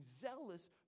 zealous